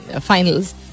finals